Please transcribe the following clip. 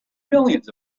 millions